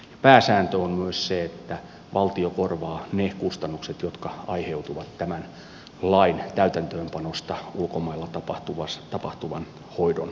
pääsääntö on myös se että valtio korvaa ne kustannukset jotka aiheutuvat tämän lain täytäntöönpanosta ulkomailla tapahtuvan hoidon osalta